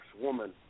woman